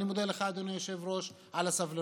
אני מודה לך, אדוני היושב-ראש, על הסבלנות.